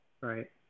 Right